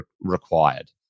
required